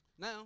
Now